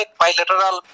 bilateral